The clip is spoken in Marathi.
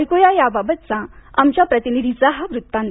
ऐक्या याबाबतचा आमच्या प्रतिनिधीचा हा वृत्तांत